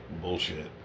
bullshit